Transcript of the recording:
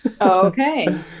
Okay